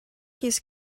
his